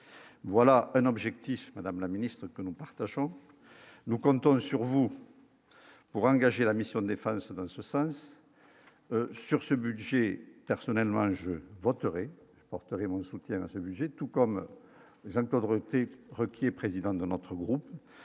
voilà un objectif, madame la ministre que nous partageons, nous comptons sur vous pour engager la mission façades dans ce sens sur ce budget, personnellement, je voterai apporterai mon soutien un celui, tout comme Jacques pauvreté requis et président de notre groupe,